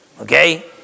okay